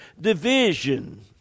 division